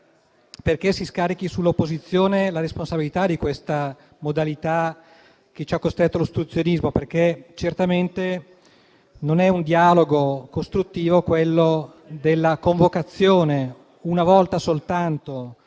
perché si scarichi sull'opposizione la responsabilità di questa modalità che ci ha costretti all'ostruzionismo. Certamente, infatti, non è un dialogo costruttivo, quello della convocazione una volta soltanto